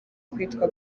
kwitwa